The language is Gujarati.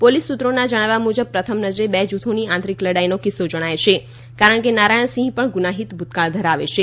પોલીસના સૂત્રોના જણાવ્યા મુજબ પ્રથમ નજરે બે જૂથોની આંતરિક લડાઈનો કિસ્સો જણાય છે કારણ કે નારાયણસિંહ પણ ગુનાહિત ભૂતકાળ ધરાવે છે